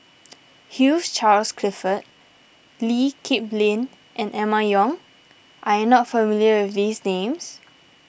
Hugh Charles Clifford Lee Kip Lin and Emma Yong are you not familiar with these names